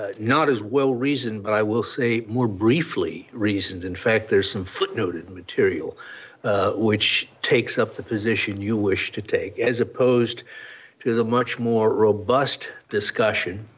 say not as well reasoned but i will say more briefly reasoned in fact there's some footnoted material which takes up the position you wish to take as opposed to the much more robust discussion